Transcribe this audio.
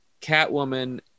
Catwoman